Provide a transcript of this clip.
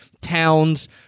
towns